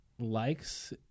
likes